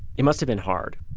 it must have been hard,